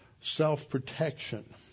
self-protection